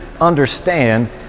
understand